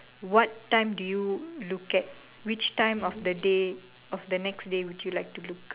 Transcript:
what time do you look at which time of the day of the next day would you like to look